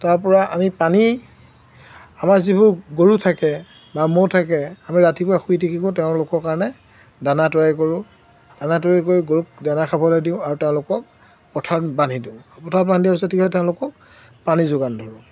তাৰ পৰা আমি পানী আমাৰ যিবোৰ গৰু থাকে বা ম'হ থাকে আমি ৰাতিপুৱা শুই উঠি কি কৰো তেওঁলোকৰ কাৰণে দানা তৈয়াৰ কৰোঁ দানা তৈয়াৰ কৰি গৰুক দানা খাবলৈ দিওঁ আৰু তেওঁলোকক পথাৰত বান্ধি দিওঁ পথাৰত বান্ধি দিয়া পিছত কি হয় তেওঁলোকক পানী যোগান ধৰোঁ